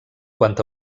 quant